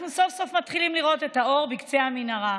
אנחנו סוף-סוף מתחילים לראות את האור בקצה המנהרה.